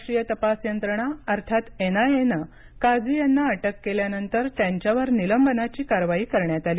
राष्ट्रीय तपास यंत्रणा अर्थात एनआयए नं काझी यांना अटक केल्यानंतर त्यांच्यावर निलंबनाची कारवाई करण्यात आली